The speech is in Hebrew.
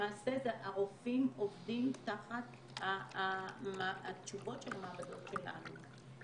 למעשה הרופאים עובדים תחת התשובות של המעבדות שלנו.